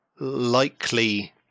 likely